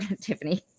Tiffany